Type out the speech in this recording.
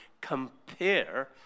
compare